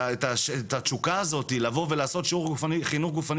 את התשוקה הזאת לבוא ולעשות שיעור חינוך גופני